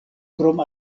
krom